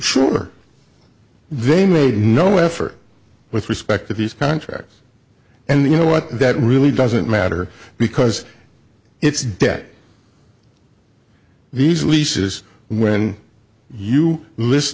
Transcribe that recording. sure they made no effort with respect to these contracts and you know what that really doesn't matter because it's debt these leases when you list